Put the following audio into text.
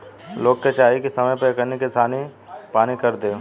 लोग के चाही की समय पर एकनी के सानी पानी कर देव